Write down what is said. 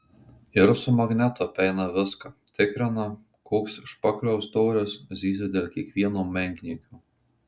ir su magnetu apeina viską tikrina koks špakliaus storis zyzia dėl kiekvieno menkniekio